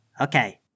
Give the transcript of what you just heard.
Okay